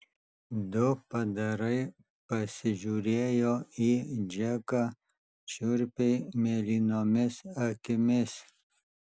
du padarai pasižiūrėjo į džeką šiurpiai mėlynomis akimis